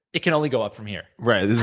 it can only go up, from here. right.